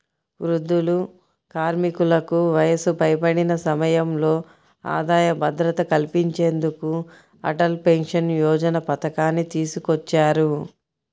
వృద్ధులు, కార్మికులకు వయసు పైబడిన సమయంలో ఆదాయ భద్రత కల్పించేందుకు అటల్ పెన్షన్ యోజన పథకాన్ని తీసుకొచ్చారు